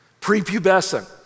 prepubescent